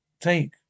take